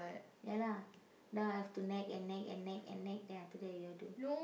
ya lah then I have to nag and nag and nag and nag then after that you all do